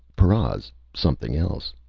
paras. something else.